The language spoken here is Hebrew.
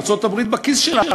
ארצות-הברית בכיס שלנו,